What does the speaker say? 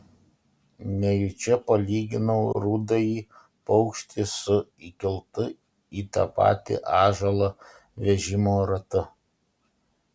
nejučia palyginau rudąjį paukštį su įkeltu į tą patį ąžuolą vežimo ratu